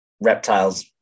Reptiles